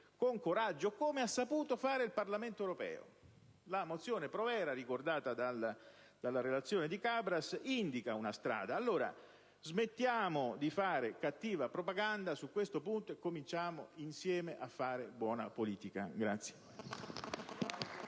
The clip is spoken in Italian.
con coraggio, come ha saputo fare il Parlamento europeo. La mozione Provera, ricordata dalla relazione del collega Cabras, indica una strada. Allora, smettiamo di fare cattiva propaganda su questo punto e cominciamo insieme a fare buona politica.